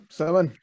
seven